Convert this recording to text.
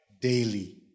daily